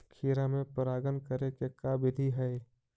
खिरा मे परागण करे के का बिधि है?